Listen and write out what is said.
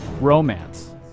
romance